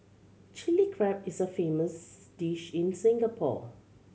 Chilli Crab is a famous dish in Singapore